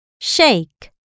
Shake